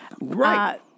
Right